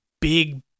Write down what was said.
big